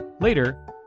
Later